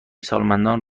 سالمندان